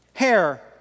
hair